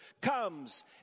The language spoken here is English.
comes